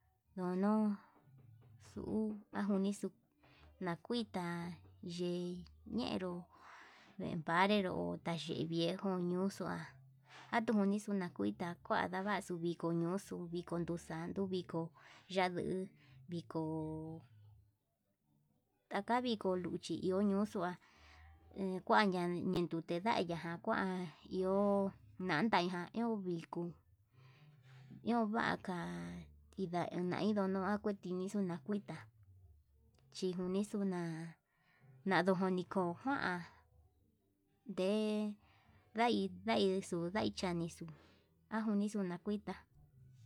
Ndono xuu ajo nixuu nakuita ye'í ñnero vee parero taxhi viejo ñuuxua, atuni xuu ndakuita kua ndavaxu viko ñuxuu viko nuu xanduu viko, yaduu viko taka viko luchí yi iho ñuxua en kuaya ñee ndute kuayajan kua iho nandaijan iho vikuu ño'o vaka, iho ndonai takua tinixu nakuita chí njuini xuu na'a, nadoo kodiko njuan nde ndai ndai chinixu najunixu nakuita.